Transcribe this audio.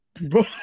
bro